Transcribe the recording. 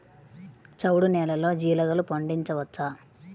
చవుడు నేలలో జీలగలు పండించవచ్చా?